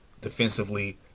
defensively